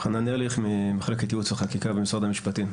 חנן ארליך ממחלקת ייעוץ וחקיקה במשרד המשפטים.